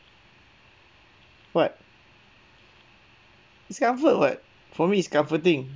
what it's comfort [what] for me it's comforting